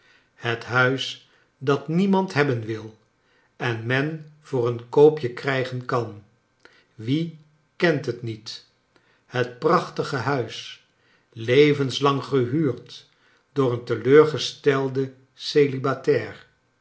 het huis dat niemand hebben wil en men voor een koopje krijgen kan wie kent het niet het prachtige huis levenslang gehuurd door een teleurgestelden celibatair